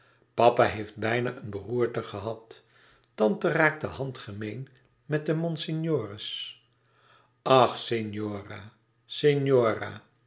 papa heeft bijna een beroerte gehad tante raakte handgemeen met de monsignore's ach